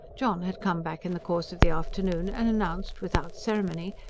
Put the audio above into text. john had come back in the course of the afternoon and announced, without ceremony,